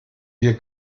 wir